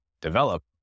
develop